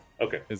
Okay